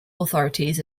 authorities